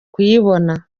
kuyibona